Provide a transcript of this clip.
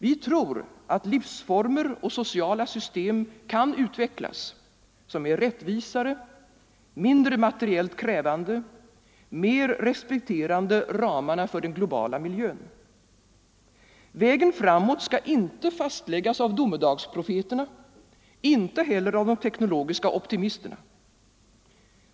Vi tror att livsformer och sociala system kan utvecklas som är rättvisare, mindre materiellt krävande, mer respekterande ramarna för den globala miljön. Vägen framåt skall inte fastläggas av domedagsprofeterna, inte heller av de teknologiska optimisterna.